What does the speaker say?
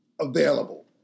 available